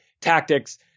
tactics